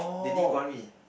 they didn't call me